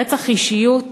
רצח של אישיות,